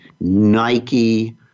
Nike